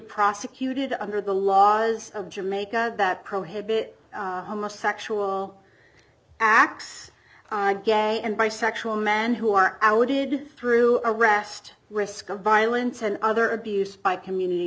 prosecuted under the laws of jamaica that prohibit homosexual acts gay and bisexual men who are our did through arrest risk of violence and other abuse by community